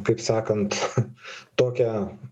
kaip sakant tokią